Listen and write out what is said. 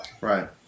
Right